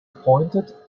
appointed